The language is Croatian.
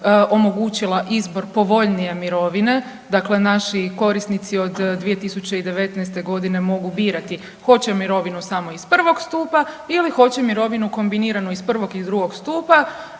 omogućila izbor povoljnije mirovine, dakle naši korisnici od 2019. godine mogu birati hoće mirovinu samo iz prvog stupa ili hoće mirovinu kombiniranu iz prvog i iz drugog stupa